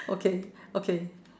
okay okay